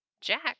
Jack